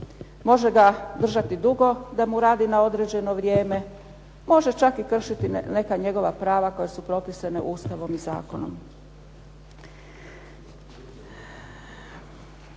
može ga držati dugo da mu raditi na određeno vrijeme, može mu čak kršiti neka njegova prava koja su propisana Ustavom i zakonom.